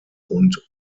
und